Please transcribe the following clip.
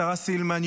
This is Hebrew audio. השרה סילמן,